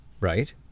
right